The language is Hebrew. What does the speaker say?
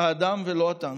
האדם ולא הטנק.